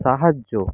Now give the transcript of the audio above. সাহায্য